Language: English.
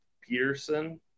Peterson